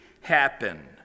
happen